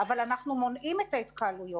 אבל אנחנו מונעים את ההתקהלויות,